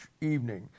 evening